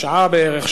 שעה בערך,